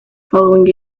following